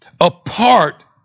Apart